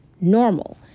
normal